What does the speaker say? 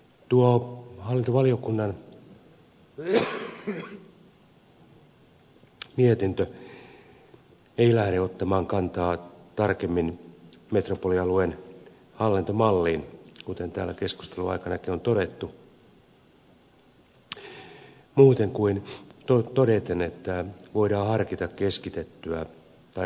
tuo hallintovaliokunnan mietintö ei lähde ottamaan kantaa tarkemmin metropolialueen hallintomalliin kuten täällä keskustelun aikanakin on todettu muuten kuin todeten että voidaan harkita keskitettyä tai hajautettua päätöksentekoa